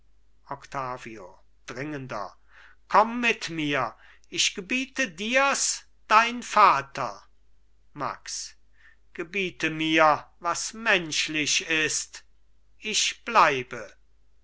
dringender komm mit mir ich gebiete dirs dein vater max gebiete mir was menschlich ist ich bleibe